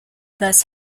thus